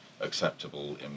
acceptable